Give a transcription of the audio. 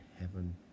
heaven